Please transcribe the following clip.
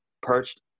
Perched